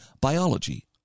biology